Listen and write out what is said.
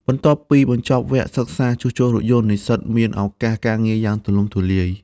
បន្ទាប់ពីបញ្ចប់វគ្គសិក្សាជួសជុលរថយន្ត និស្សិតមានឱកាសការងារយ៉ាងទូលំទូលាយ។